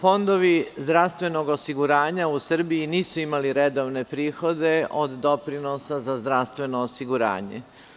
Fondovi zdravstvenog osiguranja u Srbiji nisu imali redovne prihode od doprinosa za zdravstveno osiguranje.